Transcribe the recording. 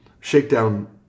Shakedown